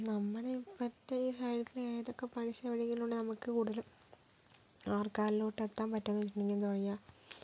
നമ്മുടെ ഇപ്പോഴത്തെ ഈ സാഹചര്യത്തിൽ ഏതൊക്കെ പരസ്യ വഴികളിലൂടെ നമുക്ക് കൂടുതലും ആൾക്കാരിലേക്ക് എത്താൻ പറ്റുന്നതെന്ന് ചോദിച്ചിട്ടുണ്ടെങ്കിൽ എന്താ പറയുക